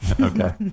Okay